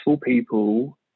people